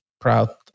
proud